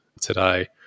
today